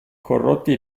corrotti